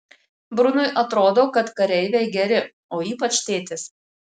brunui atrodo kad kareiviai geri o ypač tėtis